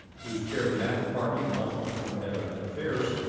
who is chair of the math department and also the former head of ed affairs,